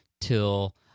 till